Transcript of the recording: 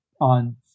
on